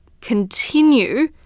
continue